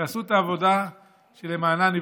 תעשו את העבודה שלמענה נבחרתם.